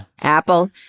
Apple